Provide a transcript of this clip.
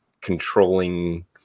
controlling